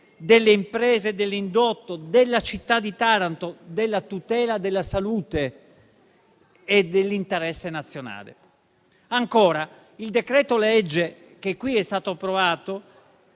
delle imprese dell'indotto, della città di Taranto e della tutela della salute e dell'interesse nazionale. Ancora, il decreto-legge che è stato approvato